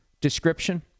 description